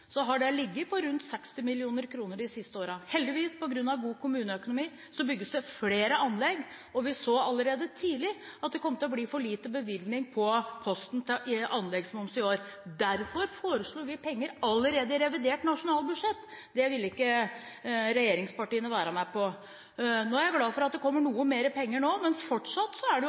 så allerede tidlig at det kom til å bli for liten bevilgning på posten til anleggsmoms i år. Derfor foreslo vi penger allerede i revidert nasjonalbudsjett. Det ville ikke regjeringspartiene være med på. Jeg er glad for at det kommer noe mer penger nå, men fortsatt er det